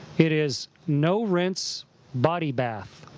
it is no rinse body bath,